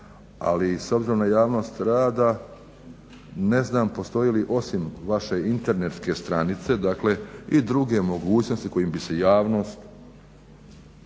ali s obzirom na javnost rada ne znam postoji li osim vaše internetske stranice dakle i druge mogućnosti kojim bi se javnost